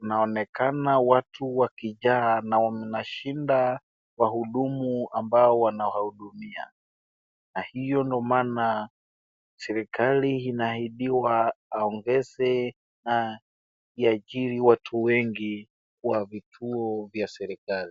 naonekana watu wakijaa na wanashinda wahudumu ambao wanahudumia. Na hiyo ndio maana Serikali inahimiwa aongeze na iajiri watu wengi wa vituo ya Serikali.